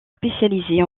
spécialisée